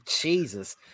jesus